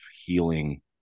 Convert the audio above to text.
healing